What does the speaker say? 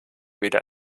weder